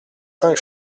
cinq